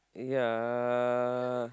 yeah